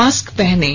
mask पहनें